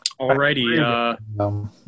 Alrighty